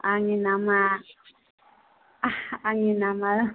आंनि नामआ आंनि नामआ